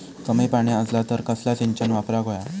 कमी पाणी असला तर कसला सिंचन वापराक होया?